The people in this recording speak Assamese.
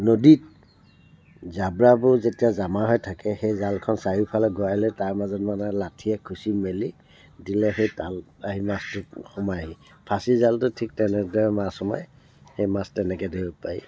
নদীত জাবৰবোৰ যেতিয়া জমা হৈ থাকে সেই জালখন চাৰিওফালে ঘূৰাই লৈ তাৰ মাজত মানে লাঠিয়ে খুঁচি মেলি দিলে সেই তাল আৰি মাছটো সোমাইহি ফাঁচিজালতো ঠিক তেনেদৰে মাছ সোমাই সেই মাছ তেনেকৈ ধৰিব পাৰি